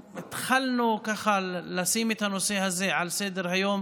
התחלנו לשים את הנושא הזה על סדר-היום